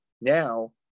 now